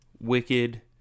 Wicked